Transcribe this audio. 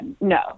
no